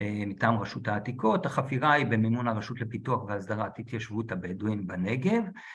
‫מטעם רשות העתיקות. ‫החפירה היא במימון הרשות ‫לפיתוח והסדרת התיישבות הבדואים בנגב.